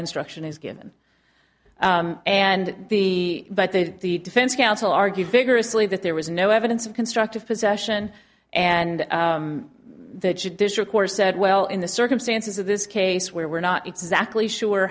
instruction is given and the but they the defense counsel argued vigorously that there was no evidence of constructive possession and the judicial court said well in the circumstances of this case where we're not exactly sure